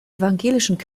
evangelischen